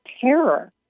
terror